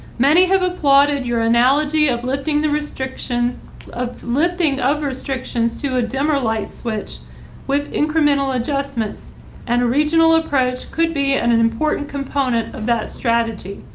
many have applauded your analogy of lifting the restrictions of lifting of restrictions to a dimmer light switch with incremental adjustments and regional approach could be and an important component of that strategy.